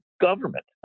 government